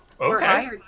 okay